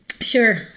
Sure